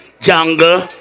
jungle